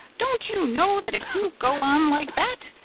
don't you know that if you go on like that,